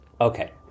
Okay